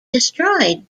destroyed